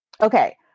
okay